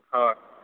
ᱦᱚᱭ